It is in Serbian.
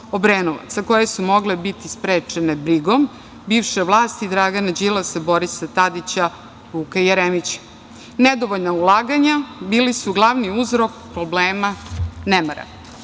Obrenovac, a koje su mogle biti sprečene brigom bivše vlasti, Dragana Đilasa, Borisa Tadića, Vuka Jeremića. Nedovoljna ulaganja bili su glavni uzrok problema,